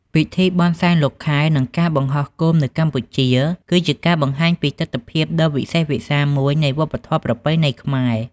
ពិធីបុណ្យសែនលោកខែ និងការបង្ហោះគោមនៅកម្ពុជា គឺជាការបង្ហាញពីទិដ្ឋភាពដ៏វិសេសវិសាលមួយនៃវប្បធម៌ប្រពៃណីខ្មែរ។